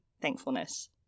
Thankfulness